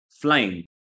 flying